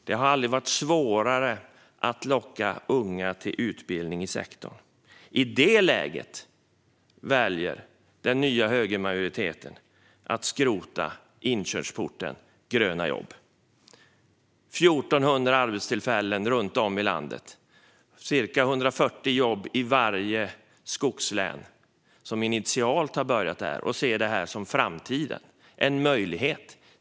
Det har aldrig varit svårare att locka unga till utbildning i sektorn. I detta läge väljer den nya högermajoriteten att skrota inkörsporten Gröna jobb - 1 400 arbetstillfällen runt om i landet och ca 140 jobb i varje skogslän. Det har initialt börjat där, och det ses som framtiden och en möjlighet.